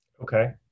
okay